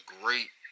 great